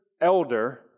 elder